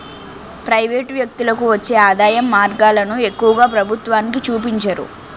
private వ్యక్తులకు వచ్చే ఆదాయం మార్గాలను ఎక్కువగా ప్రభుత్వానికి చూపించరు